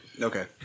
Okay